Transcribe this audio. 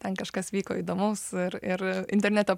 ten kažkas vyko įdomaus ir ir internete